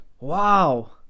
wow